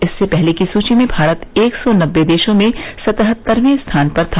इससे पहले की सूची में भारत एक सौ नबे देशों में सतहत्तरवें स्थान पर था